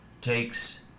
takes